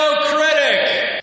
Critic